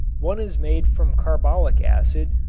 one is made from carbolic acid,